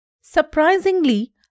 Surprisingly